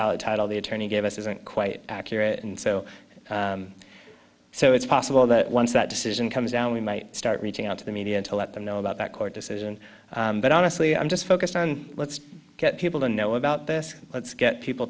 valid title the attorney gave us isn't quite accurate and so so it's possible that once that decision comes down we might start reaching out to the media to let them know about that court decision but honestly i'm just focused on let's get people to know about this let's get people